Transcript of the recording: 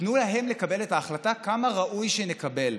ותיתנו להם לקבל את ההחלטה כמה ראוי שנקבל.